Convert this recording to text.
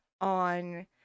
on